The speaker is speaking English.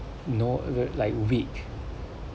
no no like weak